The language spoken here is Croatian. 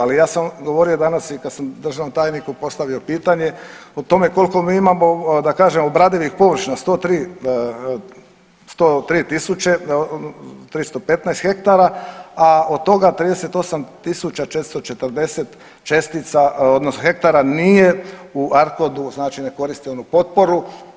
Ali ja sam govorio danas i kad sam državnom tajniku postavio pitanje o tome koliko mi imamo da kažem obradivih površina, 103.315 hektara, a od toga 38.440 čestica odnosno hektara nije u ARKOD-u znači ne koristi onu potporu.